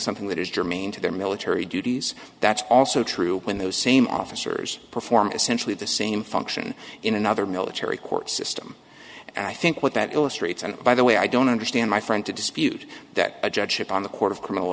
something that is germane to their military duties that's also true when those same officers perform essentially the same function in another military court system and i think what that illustrates and by the way i don't understand my friend to dispute that a judge ship on the court of criminal